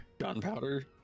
Gunpowder